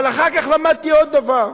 אבל אחר כך למדתי עוד דבר: